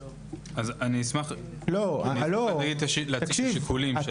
אשמח להציג את השיקולים.